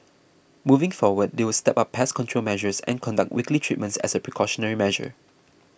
moving forward they will step up pest control measures and conduct weekly treatments as a precautionary measure